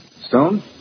Stone